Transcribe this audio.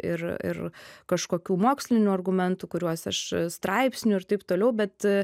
ir ir kažkokių mokslinių argumentų kuriuos aš straipsnių ir taip toliau bet